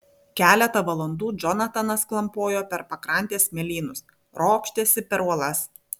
keletą valandų džonatanas klampojo per pakrantės smėlynus ropštėsi per uolas